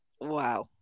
Wow